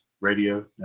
radio